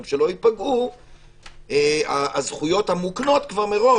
גם שלא ייפגעו הזכויות המוקנות מראש.